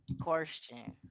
question